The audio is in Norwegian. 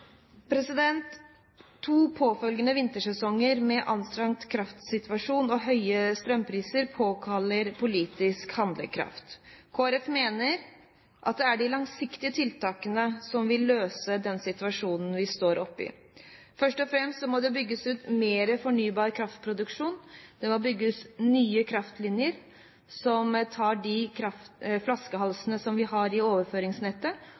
To påfølgende vintersesonger med anstrengt kraftsituasjon og høye strømpriser påkaller politisk handlekraft. Kristelig Folkeparti mener at det er de langsiktige tiltakene som vil løse den situasjonen vi står oppe i. Først og fremst må det bygges ut mer fornybar kraft-produksjon. Det må bygges nye kraftlinjer som tar ut de flaskehalsene som vi har i overføringsnettet.